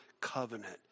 covenant